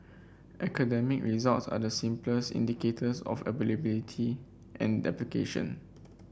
academic results are the simplest indicators of ability and application